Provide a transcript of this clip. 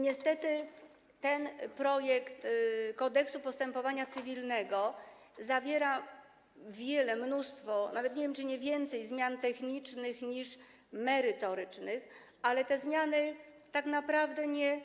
Niestety ten projekt Kodeksu postępowania cywilnego zawiera wiele, mnóstwo zmian technicznych, nie wiem, czy nawet nie więcej niż merytorycznych, ale te zmiany tak naprawdę nie